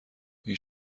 این